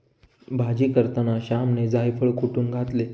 भाजी करताना श्यामने जायफळ कुटुन घातले